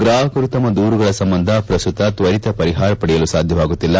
ಗ್ರಾಹಕರು ತಮ್ನ ದೂರುಗಳ ಸಂಬಂಧ ಪ್ರಸ್ತುತ ತ್ವರಿತ ಪರಿಹಾರ ಪಡೆಯಲು ಸಾಧ್ಯವಾಗುತ್ತಿಲ್ಲ